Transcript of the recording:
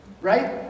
right